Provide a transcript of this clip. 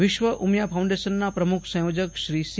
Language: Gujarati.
વિશ્વ ઉમિયા ફાઉન્ડેશનના પ્રમુખ સંયોજક શ્રી સી